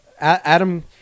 Adam